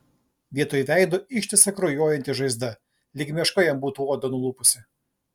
vietoj veido ištisa kraujuojanti žaizda lyg meška jam būtų odą nulupusi